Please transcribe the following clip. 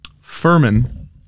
Furman